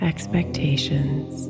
expectations